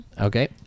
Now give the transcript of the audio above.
Okay